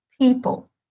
people